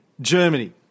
Germany